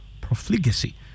profligacy